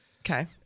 Okay